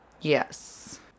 Yes